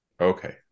Okay